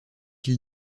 ils